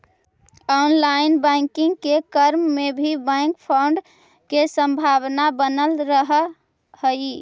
online banking के क्रम में भी बैंक फ्रॉड के संभावना बनल रहऽ हइ